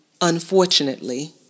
unfortunately